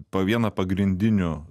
po vieną pagrindinių